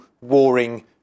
warring